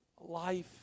life